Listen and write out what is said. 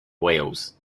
wheels